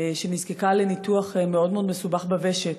שנזקקה לניתוח מאוד מאוד מסובך בוושט.